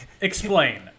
Explain